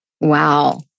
Wow